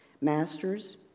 Masters